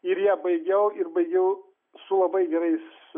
ir ją baigiau ir baigiau su labai gerais